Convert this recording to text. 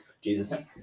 jesus